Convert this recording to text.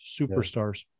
superstars